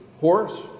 horse